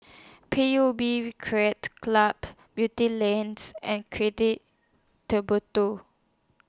P U B Recreate Club Beatty Lanes and